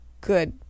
good